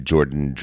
Jordan